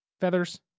Feathers